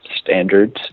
standards